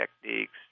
techniques